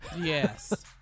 Yes